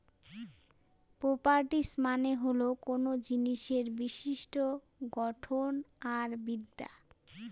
properties মানে হল কোনো জিনিসের বিশিষ্ট্য গঠন আর বিদ্যা